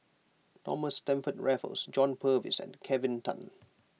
Thomas Stamford Raffles John Purvis and Kelvin Tan